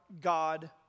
God